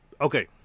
Okay